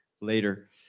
later